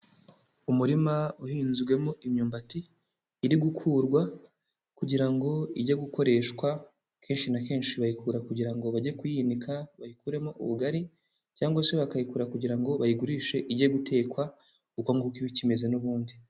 Umurima uhinzwemo imyumbati iri gukurwa kugira ngo ijye gukoreshwa kenshi na kenshi bayikura kugira ngo bajye kuyininika bayikuremo ubugari cyangwa se bakayigura kugira ngo bayigurishe ijye gutekwa uko nguko iba ikimeze n'ubundi.